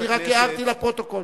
אני רק הערתי לפרוטוקול.